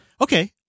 Okay